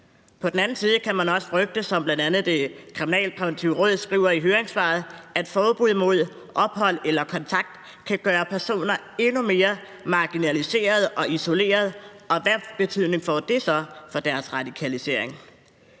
På den anden side kan man også frygte, som bl.a. Det Kriminalpræventive Råd skriver i høringssvaret, at forbud mod ophold eller kontakt kan gøre personer endnu mere marginaliserede og isolerede, og hvad betydning får det så for deres radikalisering?